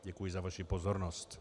Děkuji za vaši pozornost.